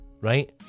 right